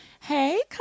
hey